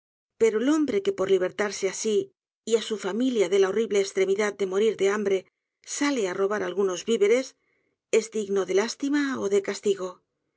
pero el hombre que por libertarse á sí y á su familia de la horrible estremidad de morir de hambre sale á robar algunos víveres es digno de lástima ó de castigo